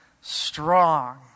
strong